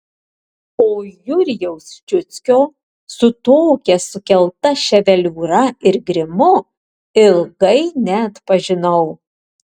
o jurijaus ščiuckio su tokia sukelta ševeliūra ir grimu ilgai neatpažinau